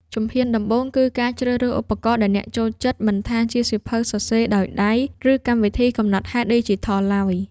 ជំហានដំបូងគឺការជ្រើសរើសឧបករណ៍ដែលអ្នកចូលចិត្ត មិនថាជាសៀវភៅសរសេរដោយដៃ ឬកម្មវិធីកំណត់ហេតុឌីជីថលឡើយ។